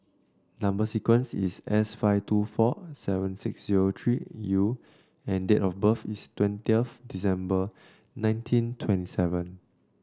number sequence is S five two four seven six zero three U and date of birth is twentieth December nineteen twenty seven